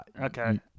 Okay